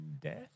death